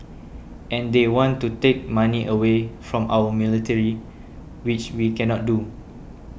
and they want to take money away from our military which we cannot do